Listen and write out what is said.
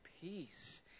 peace